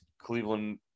Cleveland